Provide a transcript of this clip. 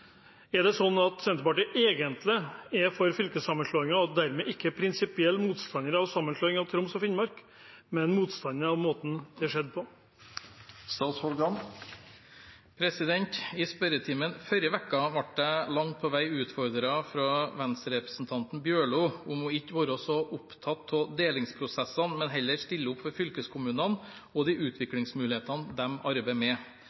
Er det slik at Senterpartiet egentlig er for fylkessammenslåinger og dermed ikke prinsipiell motstander av sammenslåingen av Troms og Finnmark, men motstander av måten det skjedde på?» I spørretimen forrige uke ble jeg langt på vei utfordret av Venstre-representanten Bjørlo om å ikke være så opptatt av delingsprosessene, men heller stille opp for fylkeskommunene og de utviklingsmulighetene de arbeider med.